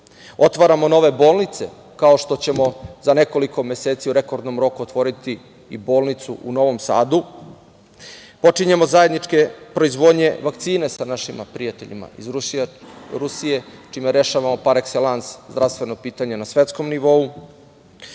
Otvaramo nove bolnice, kao što ćemo za nekoliko meseci u rekordnom roku otvoriti i bolnicu u Novom Sadu. Počinjemo zajedničku proizvodnju vakcina sa našim prijateljima iz Rusije, čime rešavamo par ekselans zdravstveno pitanje na svetskom nivou.